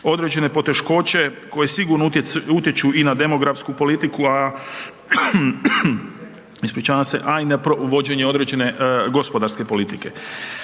određene poteškoće koje sigurno utječu i na demografsku politiku, ispričavam se, a i na vođene određene gospodarske politike.